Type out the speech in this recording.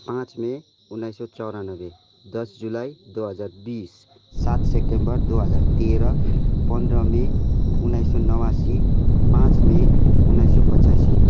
पाँच मे उन्नाइस सौ चौरानब्बे दस जुलाई दो हजार बिस सात सेप्टेम्बर दो हजार तेह्र पन्ध्र मे उन्नाइस सौ नवासी पाँच मे उन्नाइस सौ पच्यासी